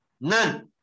None